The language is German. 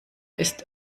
ist